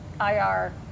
IR